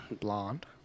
Blonde